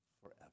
forever